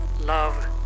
love